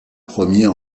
premier